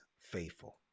faithful